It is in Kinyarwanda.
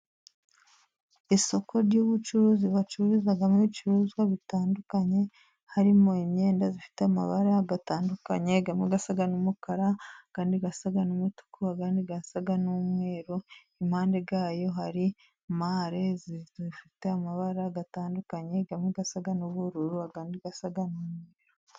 Isoko ry'ubucuruzi bacururizamo ibicuruzwa bitandukanye: harimo imyenda zifite amabara atandukanye . Amwe asa n'umukara andi asa n' umutuku, andi asa n'umweru . Impande zayo hari mare ifite amabara atandukanye, amwe asa n'ubururu ,Andi asa